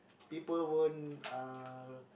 people won't uh